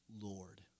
Lord